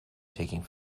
taking